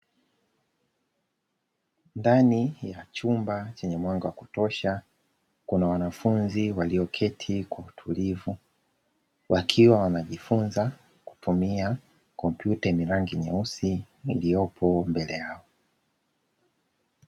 Ndani ya chumba chenye mwanga wa kutosha kuna wanafunzi walioketi kwa utulivu, wakiwa wanajifunza kutumia kompyuta yenye rangi nyeusi iliyopo mbele yao.